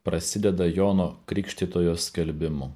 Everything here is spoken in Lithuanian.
prasideda jono krikštytojo skelbimu